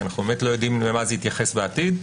כי אנו לא יודעים למה זה יתייחס בעתיד,